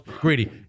greedy